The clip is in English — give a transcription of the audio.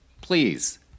Please